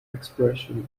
expressions